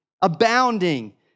abounding